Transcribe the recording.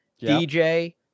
DJ